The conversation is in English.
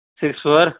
six four